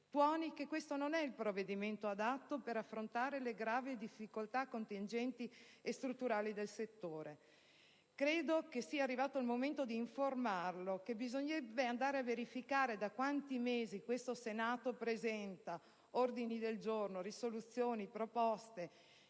tuoni che questo non è il provvedimento adatto per affrontare le gravi difficoltà contingenti e strutturali del settore. Credo sia giusto informarlo che dovrebbe andare a verificare da quanti mesi questo Senato presenta ordini del giorno, risoluzioni, proposte,